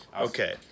Okay